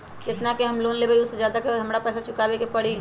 जेतना के हम लोन लेबई ओ से ज्यादा के हमरा पैसा चुकाबे के परी?